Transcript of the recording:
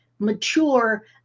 mature